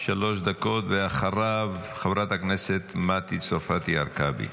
שלוש דקות, ואחריו, חברת הכנסת מטי צרפתי הרכבי.